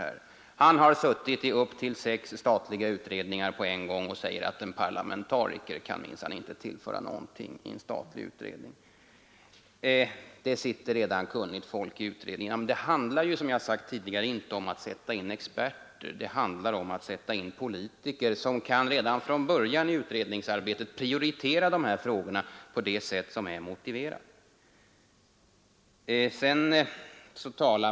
Han har suttit i upp till sex statliga utredningar på en gång och säger att en parlamentariker kan minsann inte tillföra en statlig utredning någonting — det sitter redan kunnigt folk i utredningen! Men det handlar ju, som jag har sagt tidigare, inte om att sätta in experter; det handlar om att sätta in politiker som kan redan från början i utredningsarbetet prioritera de här frågorna på det sätt som är motiverat.